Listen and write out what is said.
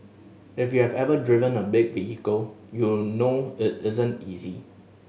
if you have ever driven a big vehicle you'll know it isn't easy